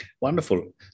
Wonderful